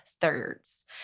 thirds